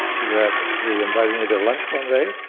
that he invited me to lunch one day,